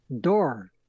door